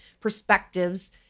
perspectives